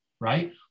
right